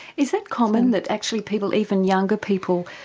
is that common, that actually people, even younger people,